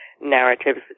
narratives